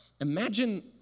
imagine